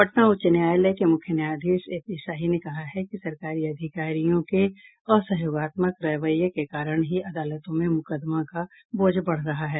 पटना उच्च न्यायालय के मुख्य न्यायाधीश ए पी शाही ने कहा है कि सरकारी अधिकारियों के असहयोगात्मक रवैये के कारण ही अदालतों में मुकदमों का बोझ बढ़ रहा है